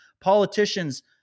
politicians